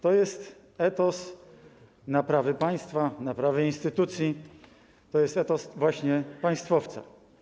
To jest etos naprawy państwa, naprawy instytucji, to jest etos właśnie państwowca.